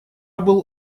был